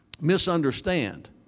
misunderstand